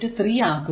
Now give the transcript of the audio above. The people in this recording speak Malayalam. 3 ആക്കുക